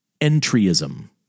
entryism